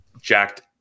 jacked